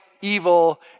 evil